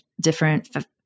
different